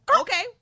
Okay